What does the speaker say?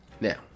now